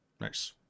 Nice